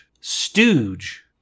stooge